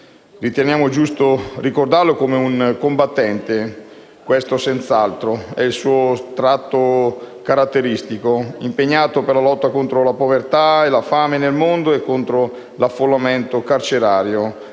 Riteniamo giusto ricordarlo come un combattente. È il suo tratto caratteristico. Era impegnato nella lotta contro la povertà e la fame nel mondo e l'affollamento carcerario,